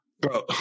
bro